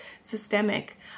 systemic